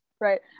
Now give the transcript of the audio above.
right